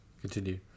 Continue